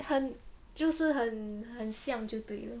很就是很很像就对了